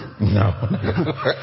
No